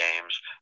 games